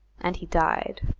and he died.